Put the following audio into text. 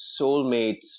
soulmates